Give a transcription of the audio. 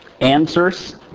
Answers